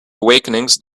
awakenings